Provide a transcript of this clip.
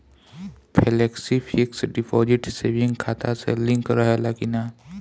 Flexi fix deposit saving खाता से link रहले कि ना?